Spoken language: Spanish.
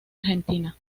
argentina